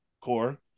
core